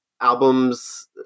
albums